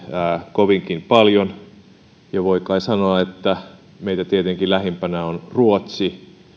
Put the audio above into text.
kovinkin paljon ja voi kai sanoa että meitä tietenkin lähimpänä on ruotsi